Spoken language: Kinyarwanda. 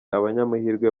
abanyamahirwe